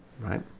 right